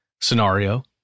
scenario